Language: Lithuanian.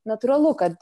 natūralu kad